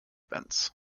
events